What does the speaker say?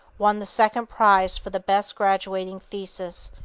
won the second prize for the best graduating thesis,